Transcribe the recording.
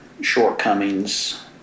shortcomings